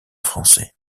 français